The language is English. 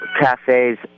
cafes